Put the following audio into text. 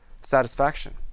satisfaction